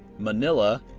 manila,